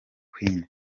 queen